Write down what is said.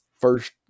first